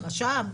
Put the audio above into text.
הרשם,